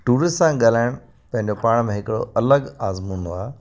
tourist सां ॻाल्हाइण पंहिंंजो पाण में हिकिड़ो अलॻि आज़मूदो आहे